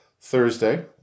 Thursday